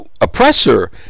oppressor